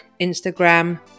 Instagram